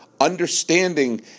understanding